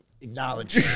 Acknowledge